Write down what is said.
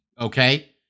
okay